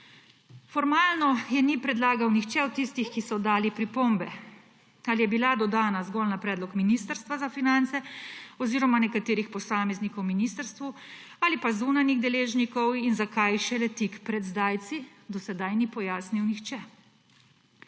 Formalno je ni predlagal nihče od tistih, ki so oddali pripombe. Ali je bila dodana zgolj na predlog Ministrstva za finance oziroma nekaterih posameznikov na ministrstvu ali pa zunanjih deležnikov in zakaj šele tik pred zdajci, do sedaj ni pojasnil nihče.